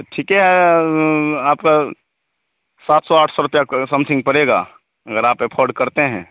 तो ठीक है आपका सात सौ आठ सौ रुपये के समथिंग पड़ेगा अगर आप एफोर्ड करते हैं